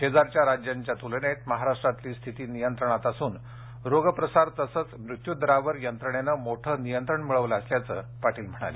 शेजारच्या राज्यांच्या तुलनेत महाराष्ट्रातली स्थिती नियंत्रणात असून रोग प्रसार तसंच मृत्यू दरावर यंत्रणेनं मोठं नियंत्रण मिळवलं असल्याचं पाटील म्हणाले